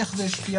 איך זה השפיע,